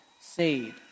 seed